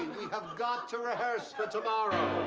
have got to rehearse tomorrow.